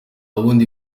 bundi